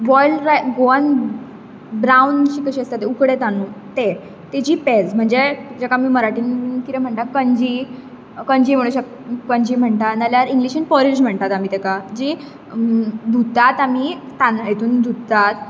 Goan brown जे अशे आसतात ते उकडे तांदूळ तेजी पेज म्हणजे जेका आमी मराठींत कितें म्हणटात कंजी म्हणूंक शकता कंजी म्हणटा इंग्लिशीन पॉरिज म्हणटात आमी ताका जी धुतात आमी तांदूळ इतून धुतात